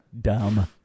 dumb